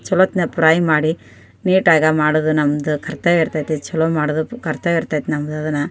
ಛಲೋ ಹೊತ್ನಲ್ಲಿ ಪ್ರೈ ಮಾಡಿ ನೀಟಾಗಿ ಮಾಡೋದು ನಮ್ದು ಕರ್ತವ್ಯ ಇರ್ತದೆ ಛಲೋ ಮಾಡೋದು ಕರ್ತವ್ಯ ಇರ್ತದೆ ನಮ್ಮದು ಅದನ್ನು